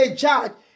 judge